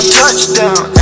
touchdown